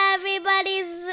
Everybody's